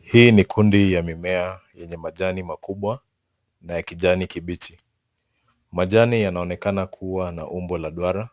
Hii ni kundi ya mimea yenye majani makubwa na ya kijani kibichi. Majani yanaonekana kuwa na umbo la duara